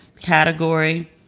category